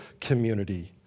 community